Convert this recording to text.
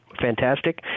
fantastic